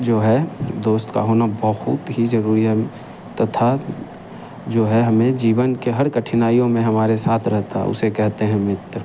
जो है दोस्त का होना बहुत ही ज़रूरी है अभी तथा जो है हमें जीवन के हर कठिनाइयों में हमारे साथ रहता है उसे कहते हैं मित्र